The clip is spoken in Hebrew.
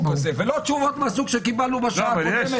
ולא תשובות מהסוג שקיבלנו בשעה הקודמת,